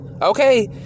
Okay